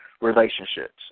relationships